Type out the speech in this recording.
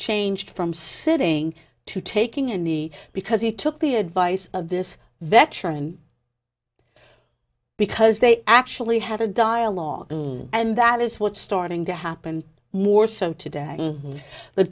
changed from sitting to taking any because he took the advice of this veteran because they actually had a dialogue and that is what starting to happen more so today